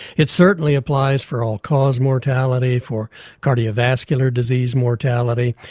it certainly applies for all-cause mortality for cardiovascular disease mortality.